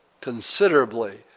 considerably